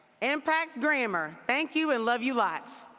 impact grammar. thank you, and love you lots.